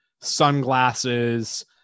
sunglasses